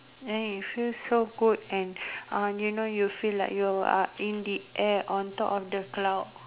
and it feels so good and uh you know you feel like in the air on top of the cloud